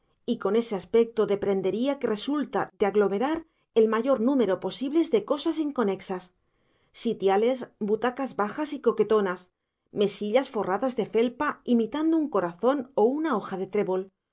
y con ese aspecto de prendería que resulta de aglomerar el mayor número posible de cosas inconexas sitiales butacas bajas y coquetonas mesillas forradas de felpa imitando un corazón o una hoja de trébol